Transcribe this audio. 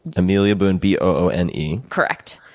amelia boone, b o o n e. correct.